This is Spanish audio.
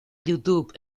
youtube